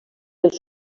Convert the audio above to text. els